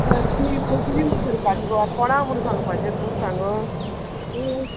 तें आतां किदें मुगो किदें म्हुणू करपाची गो आत कोणांक म्हुणू सांगपाचें तूंत सांग